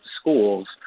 schools